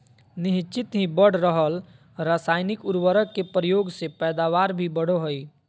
निह्चित ही बढ़ रहल रासायनिक उर्वरक के प्रयोग से पैदावार भी बढ़ो हइ